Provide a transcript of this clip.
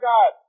God